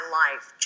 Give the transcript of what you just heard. life